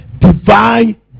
divine